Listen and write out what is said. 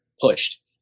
pushed